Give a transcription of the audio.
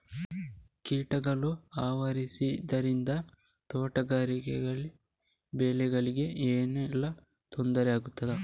ಕೀಟಗಳು ಆವರಿಸುದರಿಂದ ತೋಟಗಾರಿಕಾ ಬೆಳೆಗಳಿಗೆ ಏನೆಲ್ಲಾ ತೊಂದರೆ ಆಗ್ತದೆ?